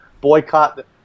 boycott